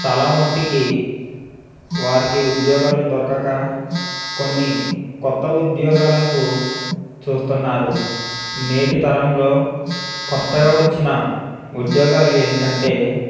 చాలా మట్టికి వారికి ఉద్యోగాలు దొరకక కొన్ని కొత్త ఉద్యోగాలకు చూస్తున్నారు నేటి తరంలో కొత్తగా వచ్చిన ఉద్యోగాలు ఏంటంటే